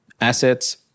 assets